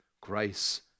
Grace